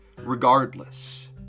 regardless